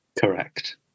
Correct